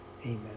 Amen